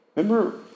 Remember